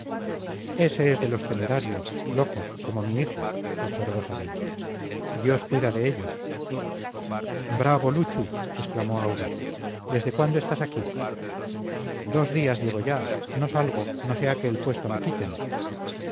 ese es de los temerarios locos como mi hijo observó sabino dios cuida de ellos bravo luchu exclamó aura desde cuándo estás aquí dos días llevo ya no salgo no sea que el puesto me quiten